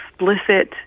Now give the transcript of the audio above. explicit